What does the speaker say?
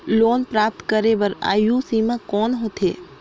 Loan प्राप्त करे बर आयु सीमा कौन होथे?